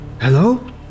Hello